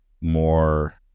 more